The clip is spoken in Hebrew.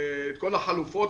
את כל החלופות,